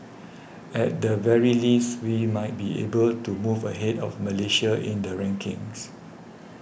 at the very least we might be able to move ahead of Malaysia in the rankings